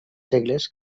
segles